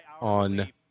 on